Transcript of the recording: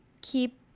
keep